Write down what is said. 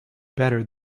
better